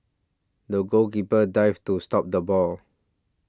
the goalkeeper dived to stop the ball